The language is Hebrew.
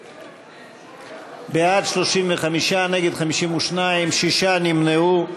בעד, 35, נגד, 52, שישה נמנעו.